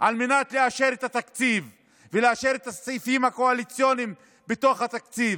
על מנת לאשר את התקציב ולאשר את הסעיפים הקואליציוניים בתוך התקציב.